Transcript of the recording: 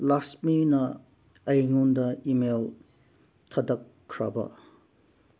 ꯂꯛꯁꯃꯤꯅ ꯑꯩꯉꯣꯟꯗ ꯏꯃꯦꯜ ꯊꯥꯔꯛꯈ꯭ꯔꯕꯥ